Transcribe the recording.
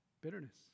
bitterness